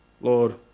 Lord